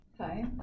Hi